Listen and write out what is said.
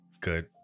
good